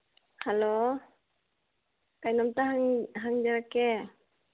hello ꯀꯩꯅꯣꯝꯇ ꯍꯪꯖꯔꯛꯀꯦ